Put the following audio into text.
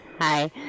Hi